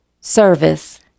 service